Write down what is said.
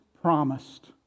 promised